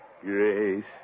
Grace